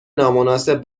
نامناسب